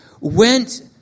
went